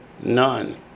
None